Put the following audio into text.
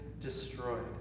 destroyed